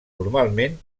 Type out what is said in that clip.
normalment